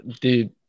Dude